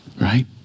right